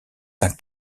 d’un